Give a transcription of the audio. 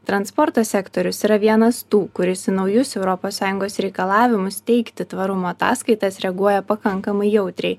transporto sektorius yra vienas tų kuris į naujus europos sąjungos reikalavimus teikti tvarumo ataskaitas reaguoja pakankamai jautriai